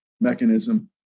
mechanism